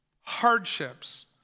hardships